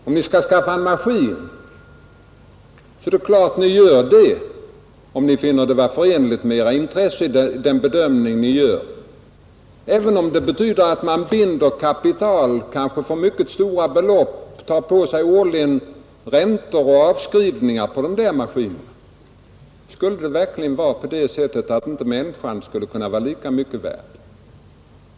Om ni skall skaffa en maskin, så är det klart att ni gör det, om ni vid er bedömning finner det vara förenligt med era intressen, Ni skaffar den även om det betyder att ni binder kapital — kanske mycket stora belopp — och tar på er årliga räntor och avskrivningar. Skulle människan verkligen inte vara lika mycket värd?